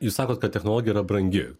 jūs sakot kad technologija yra brangi